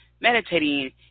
meditating